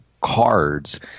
cards